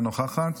אינה נוכחת.